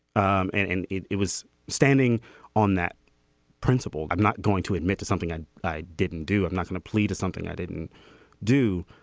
um and and it it was standing on that principle. i'm not going to admit to something i i didn't do i'm not going to plead to something i didn't do.